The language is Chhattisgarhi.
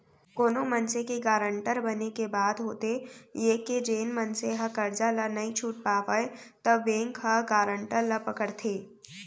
कोनो मनसे के गारंटर बने के बाद होथे ये के जेन मनसे ह करजा ल नइ छूट पावय त बेंक ह गारंटर ल पकड़थे